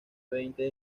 veinte